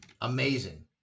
amazing